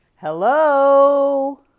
Hello